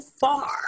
far